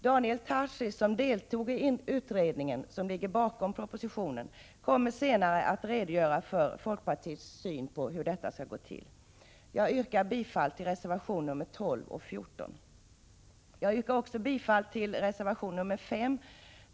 Daniel Tarschys, som deltog i utredningen som ligger bakom propositionen, kommer senare att redogöra för folkpartiets syn på hur detta skall gå till. Jag yrkar bifall till reservationerna 12 och 14. Jag yrkar också bifall till reservation 5.